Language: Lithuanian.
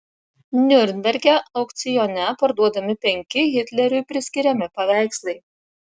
niurnberge aukcione parduodami penki hitleriui priskiriami paveikslai